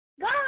God